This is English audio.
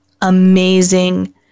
amazing